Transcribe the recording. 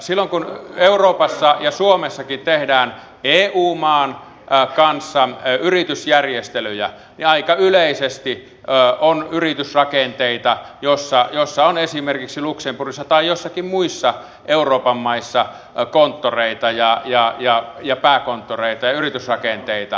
silloin kun euroopassa ja suomessakin tehdään eu maan kanssa yritysjärjestelyjä niin aika yleisesti on yritysrakenteita joissa on esimerkiksi luxemburgissa tai joissakin muissa euroopan maissa konttoreita pääkonttoreita ja yritysrakenteita